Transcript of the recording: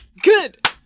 good